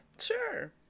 sure